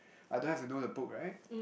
I don't have to know the book right